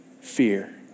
fear